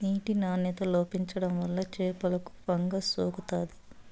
నీటి నాణ్యత లోపించడం వల్ల చేపలకు ఫంగస్ సోకుతాది